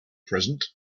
present